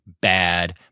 bad